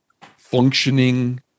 functioning